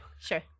sure